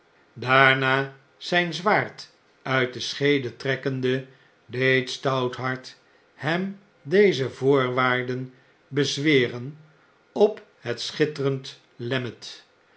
daarna zijn zwaard uit de scheede trekkende deed stouthart hem deze voorwaarden bezweren op het schitterend lemmet